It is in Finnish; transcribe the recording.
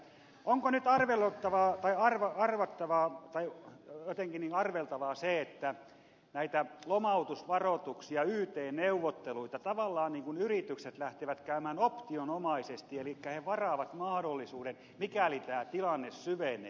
onko nyt arveluttavaa tai harva parvekkeelta tai etenkin arveltavissa se että näitä lomautusvaroituksia yt neuvotteluita tavallaan yritykset lähtevät käymään optionomaisesti eli ne varaavat mahdollisuuden mikäli tämä tilanne syvenee